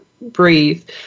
breathe